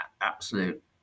absolute